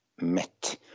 met